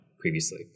previously